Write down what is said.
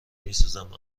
میسوزم